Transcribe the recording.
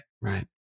Right